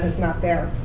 is not there.